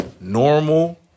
normal